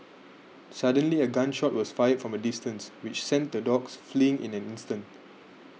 suddenly a gun shot was fired from a distance which sent the dogs fleeing in an instant